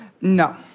No